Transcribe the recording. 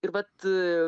ir vat